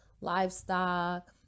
livestock